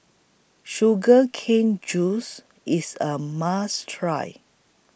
Sugar Cane Juice IS A must Try